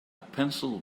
pencil